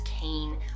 Kane